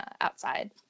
outside